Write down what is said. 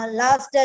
last